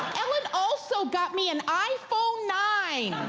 ellen also got me an iphone nine.